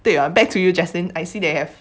对 lah back to you jaslyn I see they have